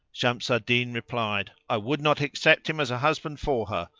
shams al-din replied, i would not accept him as a husband for her,